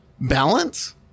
balance